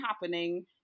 happening